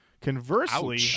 Conversely